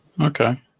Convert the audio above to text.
Okay